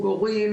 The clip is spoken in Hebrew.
הורים,